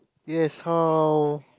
yes how